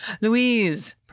Louise